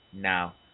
Now